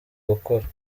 gukorwa